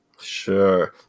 Sure